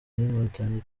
n’inkotanyi